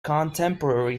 contemporary